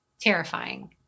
Terrifying